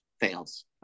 fails